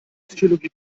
psychologie